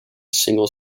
single